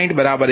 59107